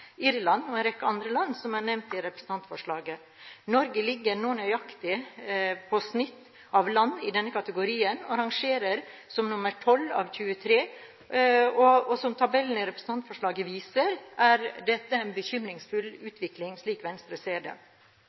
Irland og en rekke andre land som er nevnt i representantforslaget. Norge ligger nå nøyaktig på snittet av land i denne kategorien og er rangert som nummer 12 av 23. Som tabellen i representantforslaget viser, er dette en bekymringsfull utvikling, slik Venstre ser det.